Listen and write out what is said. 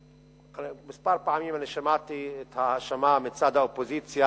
כמה פעמים שמעתי את ההאשמה מצד האופוזיציה